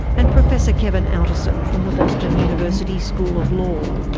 and professor kevin outterson from the boston university school of law.